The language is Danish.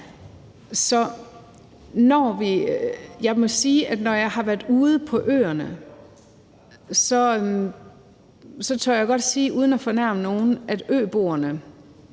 at når jeg har været ude på øerne, tør jeg godt at sige uden at fornærme nogen, at øboerne